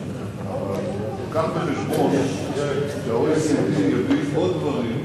הבנתי, אבל הבא בחשבון שה-OECD יביא עוד דברים,